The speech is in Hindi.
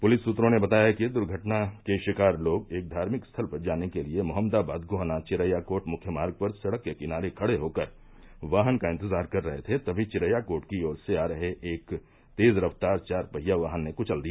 पुलिस सूत्रों ने बताया कि दुर्घटना के शिकार लोग एक धार्मिक स्थल पर जाने के लिये मोहम्मदाबाद गोहना चिरैयाकोट मुख्य मार्ग पर सड़क के किनारे खड़े होकर वाहन का इंतजार कर रहे थे तभी चिरैयाकोट की ओर से आ रहे तेज रफ्तार चार पहिया वाहन ने कुचल दिया